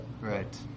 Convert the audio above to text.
Right